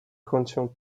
kącie